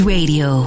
Radio